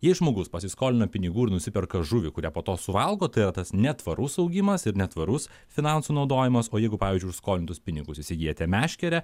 jei žmogus pasiskolino pinigų ir nusiperka žuvį kurią po to suvalgo tai yra tas netvarus augimas ir netvarus finansų naudojimas o jeigu pavyzdžiui už skolintus pinigus įsigyjate meškerę